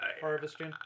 harvesting